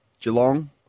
Geelong